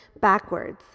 backwards